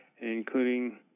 including